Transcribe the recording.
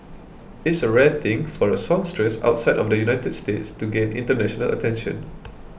it's a rare thing for a songstress outside of the United States to gain international attention